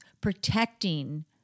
protecting